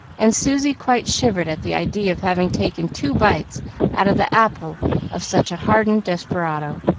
and susy quite shivered at the idea of having taken two bites out of the apple of such a hardened desperado.